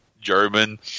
German